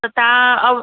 त तव्हां